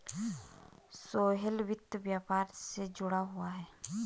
सोहेल वित्त व्यापार से जुड़ा हुआ है